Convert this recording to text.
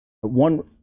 One